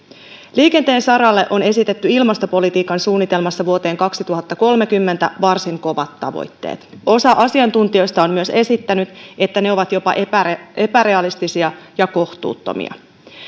liikenteen saralle on esitetty ilmastopolitiikan suunnitelmassa vuoteen kaksituhattakolmekymmentä varsin kovat tavoitteet osa asiantuntijoista on myös esittänyt että ne ovat jopa epärealistisia epärealistisia ja kohtuuttomia